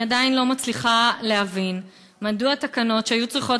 אני עדיין לא מצליחה להבין מדוע תקנות שהיו צריכות